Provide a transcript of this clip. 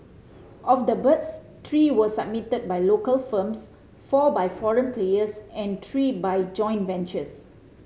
of the birds three were submitted by local firms four by foreign players and three by joint ventures